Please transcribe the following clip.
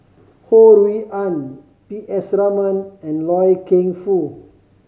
Ho Rui An P S Raman and Loy Keng Foo